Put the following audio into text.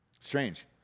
Strange